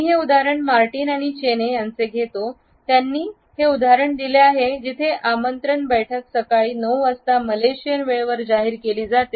मी हे उदाहरण मार्टिन आणि चॅने यांचे घेतो ज्यांनी हे उदाहरण दिले आहे जिथे आमंत्रण बैठक सकाळी नऊ वाजता मलेशियन वेळ वर जाहीर केली जाते